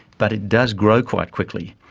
but it does grow quite quickly.